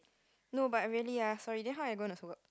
no but I really ah sorry then how I gonna survive work